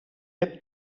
hebt